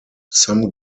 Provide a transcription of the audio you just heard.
some